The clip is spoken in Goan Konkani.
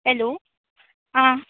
हॅलो आं